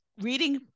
reading